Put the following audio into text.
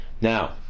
Now